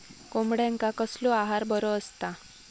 कोंबड्यांका कसलो आहार बरो असता?